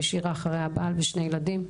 הותירה אחריה בעל ושני ילדים.